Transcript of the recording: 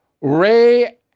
Ray